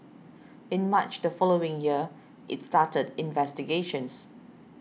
in March the following year it started investigations